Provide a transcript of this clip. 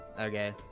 Okay